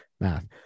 math